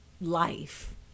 life